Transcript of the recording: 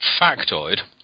factoid